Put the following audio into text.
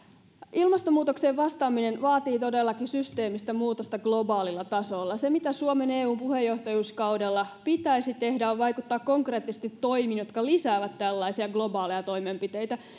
ilmastonmuutokseen vastaaminen vaatii todellakin systeemistä muutosta globaalilla tasolla se mitä suomen eu puheenjohtajuuskaudella pitäisi tehdä on vaikuttaa konkreettisesti toimiin jotka lisäävät tällaisia globaaleja toimenpiteitä